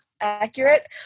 accurate